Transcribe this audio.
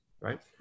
right